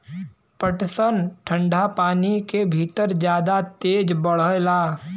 पटसन ठंडा पानी के भितर जादा तेज बढ़ेला